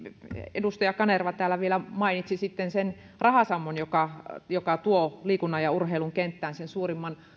edustaja kanerva täällä vielä mainitsi sen rahasammon joka joka tuo liikunnan ja urheilun kenttään sen suurimman